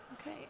Okay